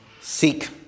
seek